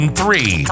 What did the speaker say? three